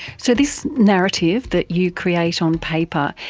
so this narrative that you create on paper,